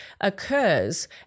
occurs